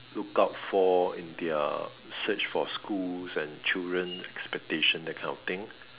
look out for in their search for schools and children capitation that kind of thing